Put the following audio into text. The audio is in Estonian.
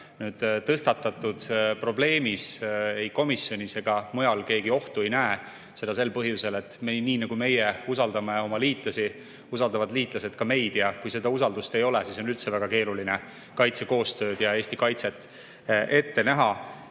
Tõstatatud probleemis ei komisjonis ega mujal keegi ohtu ei näe. Seda sel põhjusel, et nii nagu meie usaldame oma liitlasi, usaldavad liitlased meid. Kui seda usaldust ei ole, siis on üldse väga keeruline kaitsekoostööd ja Eesti kaitset ette näha.